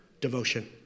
Devotion